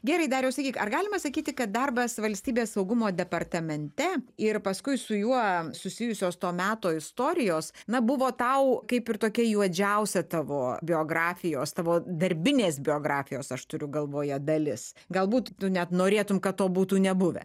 gerai dariau sakyk ar galima sakyti kad darbas valstybės saugumo departamente ir paskui su juo susijusios to meto istorijos na buvo tau kaip ir tokia juodžiausia tavo biografijos tavo darbinės biografijos aš turiu galvoje dalis galbūt tu net norėtum kad to būtų nebuvę